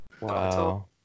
Wow